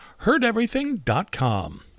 heardeverything.com